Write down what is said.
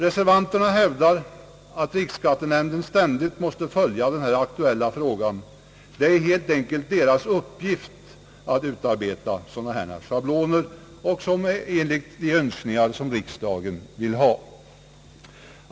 Reservanterna hävdar att riksskattenämnden ständigt skall följa denna aktuella fråga. Det är helt enkelt riksskattenämndens uppgift att utarbeta sådana här schabloner i enlighet med de önskemål som riksdagen har gett uttryck åt.